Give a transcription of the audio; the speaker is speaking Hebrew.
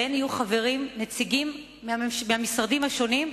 יהיו חברים נציגים מהמשרדים השונים,